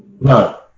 No